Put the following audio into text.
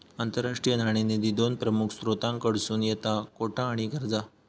आंतरराष्ट्रीय नाणेनिधी दोन प्रमुख स्त्रोतांकडसून येता कोटा आणि कर्जा